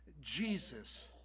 Jesus